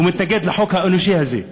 להתנגד לחוק האנושי הזה.